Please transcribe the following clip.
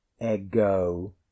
EGO